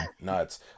Nuts